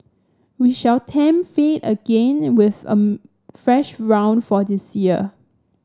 we shall tempt fate again with a fresh round for this year